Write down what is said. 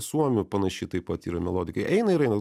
suomių panašiai taip pat yra melodika eina ir eina